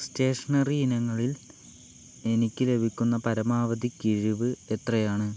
stationery ഇനങ്ങളിൽ എനിക്ക് ലഭിക്കുന്ന പരമാവധി കിഴിവ് എത്രയാണ്